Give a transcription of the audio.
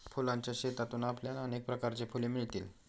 फुलांच्या शेतातून आपल्याला अनेक प्रकारची फुले मिळतील